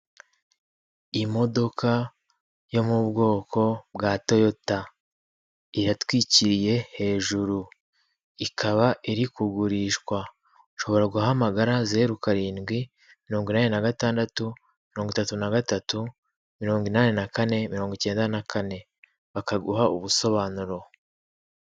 Imodoka yo mu bwoko bwa toyota iratwikiriye hejuru ikaba iri kugurishwa ushobora guhamagara zeru karindwi mirongo inani na gatandatu mirongo itatu na gatatu mirongo inani na kane mirongo icyenda na kane bakaguha ubusobanuro.